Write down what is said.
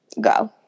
Go